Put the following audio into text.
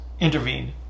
intervene